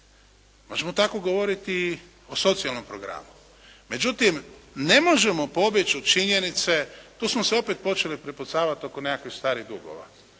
Možemo tako govoriti i o socijalnom programu. Međutim, ne možemo pobjeći od činjenice, tu smo se opet počeli prepucavati oko nekakvih starih dugova.